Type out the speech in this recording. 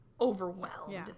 overwhelmed